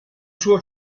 suo